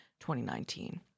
2019